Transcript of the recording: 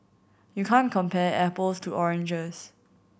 you can't compare apples to oranges